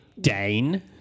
Dane